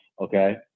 Okay